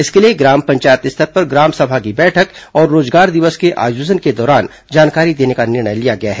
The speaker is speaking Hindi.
इसके लिए ग्राम पंचायत स्तर पर ग्रामसभा की बैठक और रोजगार दिवस के आयोजन के दौरान जानकारी देने का निर्णय लिया गया है